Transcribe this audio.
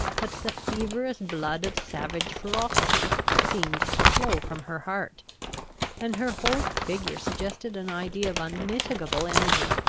but the feverous blood of savage ferocity, seemed to flow from her heart and her whole figure suggested an idea of unmitigable energy,